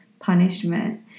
punishment